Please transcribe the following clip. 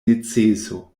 neceso